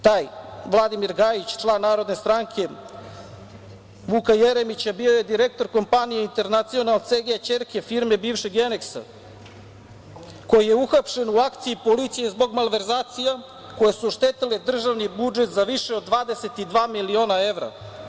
Taj Vladimir Gajić, član Narodne stranke Vuka Jeremića bio je direktor kompanije „Internacional CG“, ćerke firme bivšeg „Geneksa“, koji je uhapšen u akciji policije zbog malverzacija, koje su oštetile državni budžet za više od 22 miliona evra.